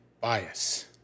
bias